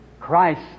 Christ